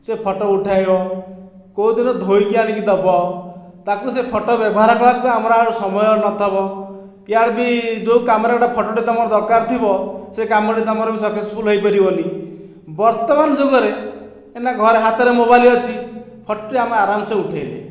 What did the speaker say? ସେ ଫଟୋ ଉଠାଇବ କେଉଁ ଦିନ ଧୋଇକି ଆଣିକି ଦେବ ତାକୁ ସେ ଫଟୋ ବ୍ୟବହାର କଲାକୁ ଆମର ଆଉ ସମୟ ନ ଥିବ ଇଆଡ଼େ ବି ଯେଉଁ କାମରେ ଗୋଟିଏ ଫଟୋଟିଏ ତୁମର ଦରକାର ଥିବ ସେଇ କାମଟି ତୁମର ବି ସକ୍ଶେସଫୁଲ ହୋଇ ପାରିବନାହିଁ ବର୍ତ୍ତମାନ ଯୁଗରେ ନା ଘରେ ହାତରେ ମୋବାଇଲ ଅଛି ଫଟୋଟି ଆମେ ଆରାମ ସେ ଉଠାଇଲେ